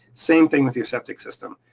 same thing with your septic system.